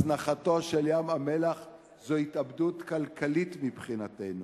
הזנחתו של ים-המלח היא התאבדות כלכלית מבחינתנו.